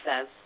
Says